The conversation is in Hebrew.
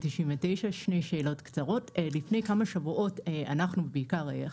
כדי לסיים את תהליך המיפוי עד סוף השנה